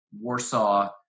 Warsaw